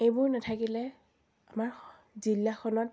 এইবোৰ নাথাকিলে আমাৰ জিলাখনত